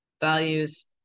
values